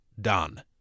done